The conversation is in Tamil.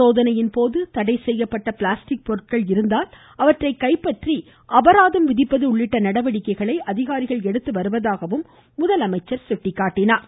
சோதனையின்போது தடை செய்யப்பட்ட பிளாஸ்டிக் பொருட்கள் இருந்தால் அவற்றை கைப்பற்றி அபராதம் விதிப்பது உள்ளிட்ட நடவடிக்கைகள் அதிகாரிகள் எடுத்து வருவதாகவும் முதலமைச்சர் தெரிவித்தார்